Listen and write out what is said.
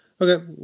Okay